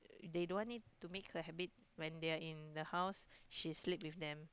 they don't want it to make her habit when they are in the house she sleeps with them